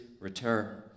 return